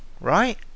right